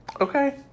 Okay